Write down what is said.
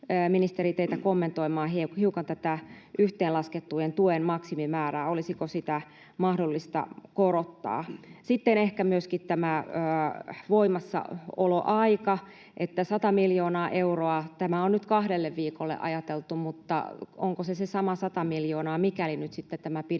ministeri, teitä kommentoimaan hiukan tätä yhteenlaskettujen tukien maksimimäärää. Olisiko sitä mahdollista korottaa? Sitten ehkä myöskin tämä voimassaoloaika: sata miljoonaa euroa, tämä on nyt kahdelle viikolle ajateltu, mutta onko se se sama sata miljoonaa, mikäli nyt sitten tämä pidennys